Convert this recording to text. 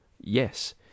Yes